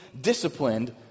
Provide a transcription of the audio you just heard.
disciplined